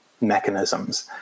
mechanisms